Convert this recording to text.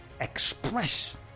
express